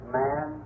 man